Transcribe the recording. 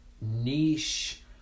niche